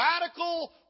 radical